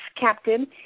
captain